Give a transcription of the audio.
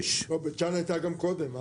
בית שאן הייתה כבר קודם.